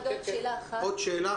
עוד שאלה אחת.